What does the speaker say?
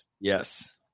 yes